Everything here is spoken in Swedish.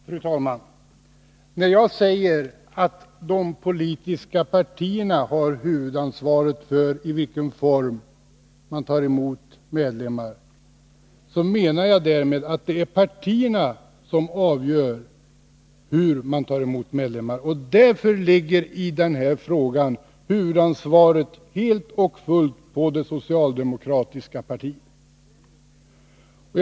Fru talman! När jag säger att de politiska partierna har huvudansvaret för i vilken form de tar emot medlemmar menar jag att det är partierna som avgör hur de tar emot medlemmar. Därför ligger huvudansvaret i den här frågan helt och hållet på det socialdemokratiska partiet.